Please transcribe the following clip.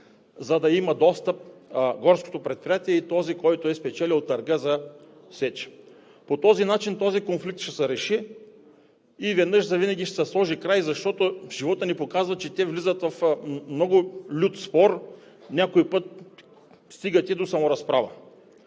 за да има достъп горското предприятие и този, който е спечелил търга за сеч. По този начин този конфликт ще се реши и веднъж завинаги ще се сложи край, защото животът ни показва, че те влизат в много лют спор, някой път стигат и до саморазправа.